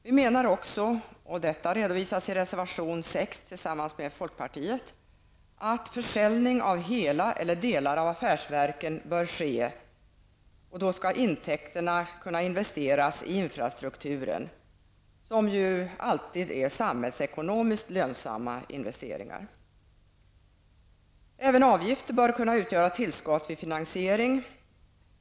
Vi menar också -- och detta redovisar vi i reservation 6 tillsammans med folkpartiet -- att försäljning av hela eller delar av affärsverken bör ske, varvid intäkterna kan investeras i infrastruktur, som ju alltid är samhällsekonomiskt lönsamma investeringar. Även avgifter bör kunna utgöra tillskott vid finansiering.